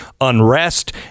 unrest